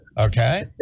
Okay